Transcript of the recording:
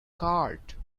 cart